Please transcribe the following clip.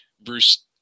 Bruce